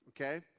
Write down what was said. Okay